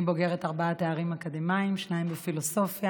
אני בוגרת ארבעה תארים אקדמיים, שניים בפילוסופיה,